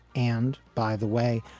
and by the way,